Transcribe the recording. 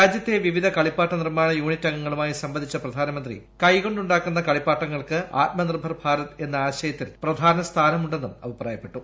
രാജ്യത്തെ വിവിധ കളിപ്പാട്ട നിർമ്മാണ യൂണിറ്റ് അംഗങ്ങളുമായി സംവദിച്ച പ്രധാനമന്ത്രി കൈകൊണ്ട് ഉണ്ടാക്കുന്ന കളിപ്പാട്ടങ്ങൾക്ക് ആത്മനിർഭർ ഭാരത് എന്ന ആശയത്തിൽ പ്രധാന സ്ഥാനമുണ്ടെന്നും അഭിപ്രായപ്പെട്ടു